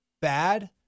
bad